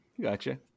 Gotcha